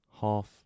half